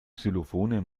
xylophone